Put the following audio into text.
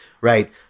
Right